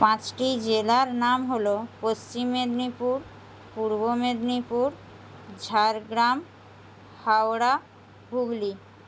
পাঁচটি জেলার নাম হল পশ্চিম মেদিনীপুর পূর্ব মেদিনীপুর ঝাড়গ্রাম হাওড়া হুগলি